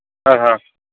ఆహా